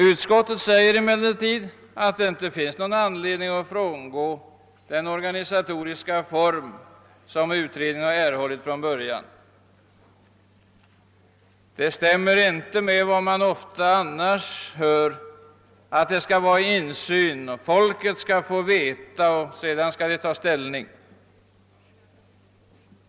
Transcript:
Utskottet skriver emellertid att det inte finns någon anledning att frångå den organisatoriska form som utredningen har erhållit från början. Det stämmer inte med vad vi ofta annars hör, att det skall vara insyn, att människorna skall få veta vad som försiggår och sedan ta ställning.